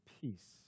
peace